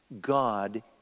God